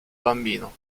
bambino